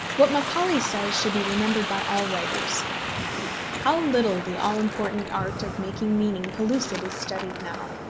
what macaulay says should be remembered by all writers how little the all-important art of making meaning pellucid is studied now!